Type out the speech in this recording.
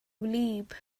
wlyb